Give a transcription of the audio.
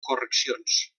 correccions